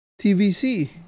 TVC